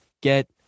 get